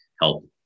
help